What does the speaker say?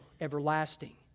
everlasting